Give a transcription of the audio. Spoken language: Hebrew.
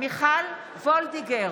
מיכל וולדיגר,